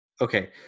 okay